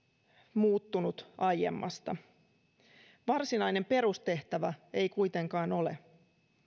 muuttunut aiemmasta varsinainen perustehtävä ei kuitenkaan ole